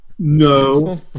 No